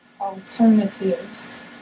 alternatives